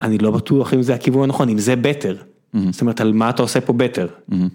אני לא בטוח אם זה הכיוון הנכון אם זה better זאת אומרת על מה אתה עושה פה better.